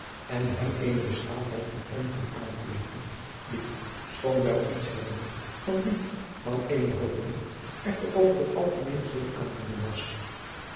en hem eene beschaafdheid van omgang aankleefde die schoon wel iets hebbende van die van eenen hoveling echter over het algemeen zeer aangenaam was